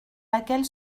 laquelle